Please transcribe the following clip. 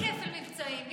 אבל אין כפל מבצעים.